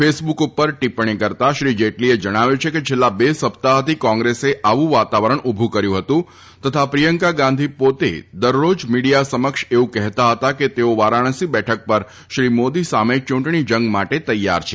Facebook ઉપર ટિપ્પણી કરતા શ્રી જેટલીએ જણાવ્યું છે કે છેલ્લા બે સપ્તાહથી કોંગ્રેસે આવું વાતાવરણ ઉભુ કર્યું હતું તથા પ્રિયંકા ગાંધી પોતે દરરોજ મીડિયા સમક્ષ એવું કહેતા ફતા કે તેઓ વારાણસી બેઠક પર શ્રી મોદી સામે ચૂંટણી જંગ માટે તૈયાર છે